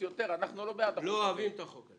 פחות או יותר- -- לא אוהבים את החוק.